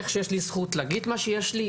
איך שיש לי זכות להגיד מה שיש לי,